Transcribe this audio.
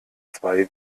zwei